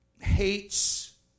hates